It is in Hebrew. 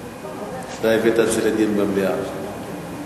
אתה הבאת את זה לדיון במליאה ואתה